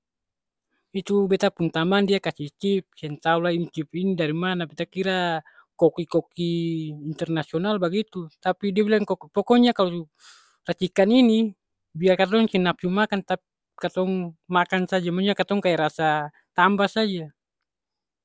Itu beta pung tamang dia kasi cip. Seng tau lai ini cip ini darimana. Beta kira koki koki internasional bagitu, tapi dia bilang ko pokonya kalo racikan ini biar katong seng napsu makang tap katong makang saja, manya katong kaya rasa tamba saja.